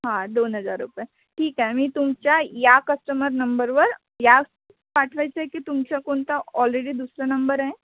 हां दोन हजार रुपये ठीक आहे मी तुमच्या या कस्टमर नंबरवर या पाठवायचं आहे की तुमच्या कोणता ऑलरेडी दुसरं नंबर आहे